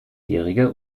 jährige